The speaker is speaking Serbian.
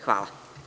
Hvala.